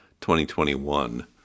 2021